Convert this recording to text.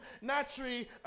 naturally